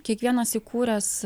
kiekvienas įkūręs